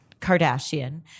Kardashian